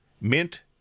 Mint